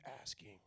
asking